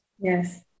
Yes